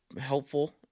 helpful